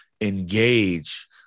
engage